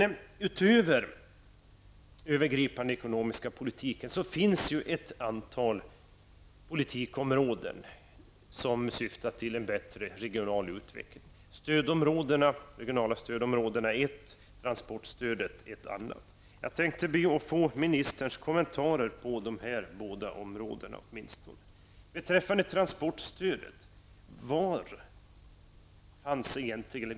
Förutom den övergripande ekonomiska politiken finns det ett antal politikområden som syftar till en bättre regional utveckling: De regionala stödområdena är ett, och transportstödet är ett annat. Jag tänkte be att få ministerns kommentarer åtminstone på dessa båda områden.